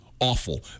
awful